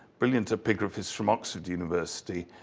brilliant epigraphist from oxford university.